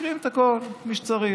חוקרים את הכול, את מי שצריך.